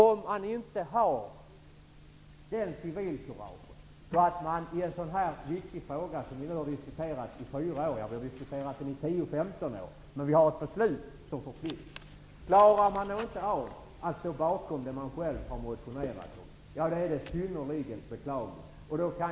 Om han inte har det civilkuraget att han i en så här viktig fråga -- som vi har diskuterat i 10--15 år -- står bakom det han själv har motionerat om är det synnerligen beklagligt.